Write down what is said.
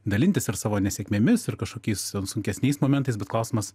dalintis ir savo nesėkmėmis ir kažkokiais sunkesniais momentais bet klausimas